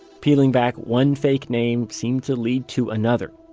peeling back one fake name seemed to lead to another.